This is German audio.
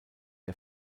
der